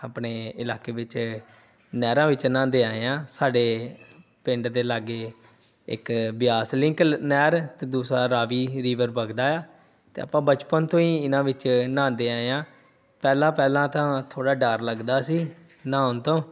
ਆਪਣੇ ਇਲਾਕੇ ਵਿੱਚ ਨਹਿਰਾਂ ਵਿੱਚ ਨਹਾਉਂਦੇ ਆਏ ਹਾਂ ਸਾਡੇ ਪਿੰਡ ਦੇ ਲਾਗੇ ਇੱਕ ਬਿਆਸ ਲਿੰਕ ਨਹਿਰ ਅਤੇ ਦੂਸਰਾ ਰਾਵੀ ਰਿਵਰ ਵਗਦਾ ਹੈ ਅਤੇ ਆਪਾਂ ਬਚਪਨ ਤੋਂ ਹੀ ਇਹਨਾਂ ਵਿੱਚ ਨਹਾਉਂਦੇ ਆਏ ਹਾਂ ਪਹਿਲਾਂ ਪਹਿਲਾਂ ਤਾਂ ਥੋੜ੍ਹਾ ਡਰ ਲੱਗਦਾ ਸੀ ਨਹਾਉਂਣ ਤੋਂ